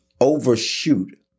overshoot